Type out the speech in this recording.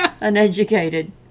uneducated